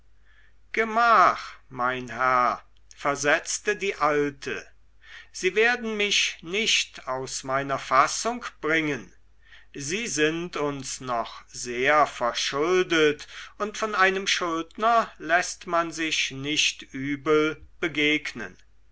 gemach mein herr versetzte die alte sie werden mich nicht aus meiner fassung bringen sie sind uns noch sehr verschuldet und von einem schuldner läßt man sich nicht übel begegnen